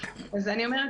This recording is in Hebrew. אז אני אומרת,